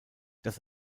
das